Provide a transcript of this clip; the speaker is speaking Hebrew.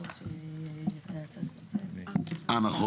נכון,